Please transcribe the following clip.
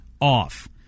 off